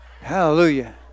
Hallelujah